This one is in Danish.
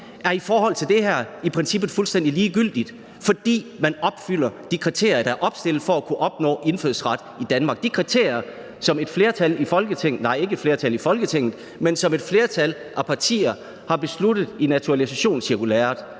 er i forhold til det her i princippet fuldstændig ligegyldigt, fordi man opfylder de kriterier, der er opstillet, for at kunne opnå indfødsret i Danmark – de kriterier, som et flertal af partierne har besluttet i naturalisationscirkulæret.